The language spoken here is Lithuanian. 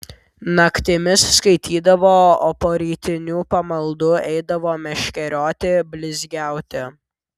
naktimis skaitydavo o po rytinių pamaldų eidavo meškerioti blizgiauti